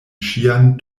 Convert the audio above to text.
ŝian